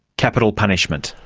capital punishment.